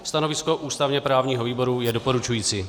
Stanovisko ústavněprávního výboru je doporučující.